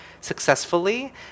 successfully